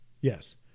yes